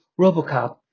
RoboCop